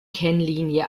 kennlinie